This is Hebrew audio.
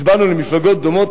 הצבענו למפלגות דומות,